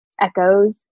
echoes